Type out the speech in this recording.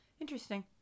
Interesting